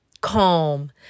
Calm